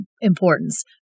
importance